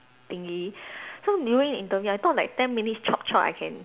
thingy so during interview I thought like ten minute chop chop I can